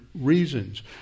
reasons